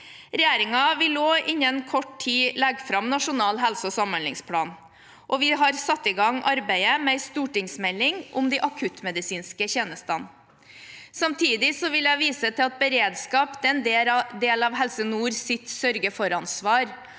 Regjeringen vil også om kort tid legge fram Nasjonal helseog samhandlingsplan, og vi har satt i gang arbeidet med en stortingsmelding om de akuttmedisinske tjenestene. Samtidig vil jeg vise til at beredskap er en del av Helse nords sørge-for-ansvar,